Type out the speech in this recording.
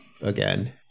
again